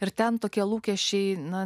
ir ten tokie lūkesčiai na